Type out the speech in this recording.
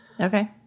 okay